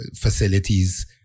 facilities